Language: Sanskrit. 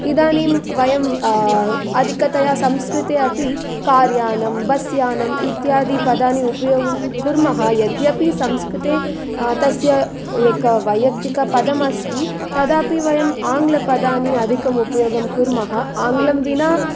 इदानीं वयं अधिकतया संस्कृते अपि कार्यानं बस्यानम् इत्यादि पदानि उपयोगं कुर्मः यद्यपि संस्कृते तस्य एकं वैय्यक्तिकपदम् अस्ति तदापि वयम् आङ्लपदानि अधिकम् उपयोगं कुर्मः आङ्लं विना